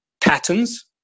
patterns